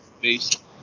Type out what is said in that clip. based